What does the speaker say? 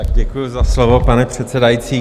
Děkuji za slovo, pane předsedající.